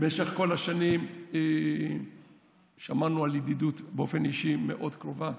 במשך כל השנים שמרנו באופן אישי על ידידות מאוד קרובה.